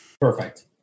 Perfect